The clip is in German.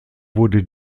wurde